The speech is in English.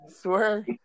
swear